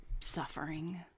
suffering